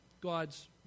God's